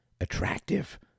attractive